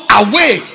away